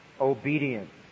obedience